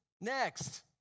next